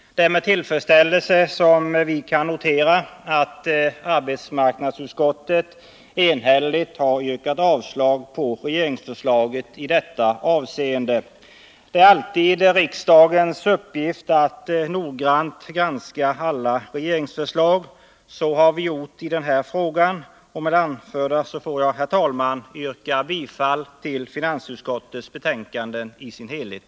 Det är med tillfredsställelse vi kan notera att arbetsmarknadsutskottet enhälligt har yrkat avslag på regeringsförslaget i detta avseende. Det är alltid riksdagens uppgift att noggrant granska alla regeringsförslag. Så har vi gjort i den här frågan. Med det anförda ber jag, herr talman, att få yrka bifall till finansutskottets hemställan i dess helhet.